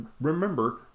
remember